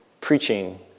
preaching